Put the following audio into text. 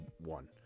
one